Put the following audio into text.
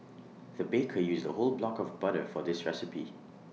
the baker used A whole block of butter for this recipe